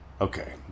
Okay